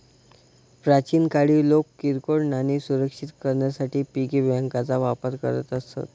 प्राचीन काळी लोक किरकोळ नाणी सुरक्षित करण्यासाठी पिगी बँकांचा वापर करत असत